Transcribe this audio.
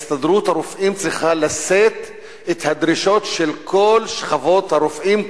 הסתדרות הרופאים צריכה לשאת את הדרישות של כל שכבות הרופאים,